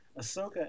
Ahsoka